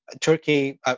Turkey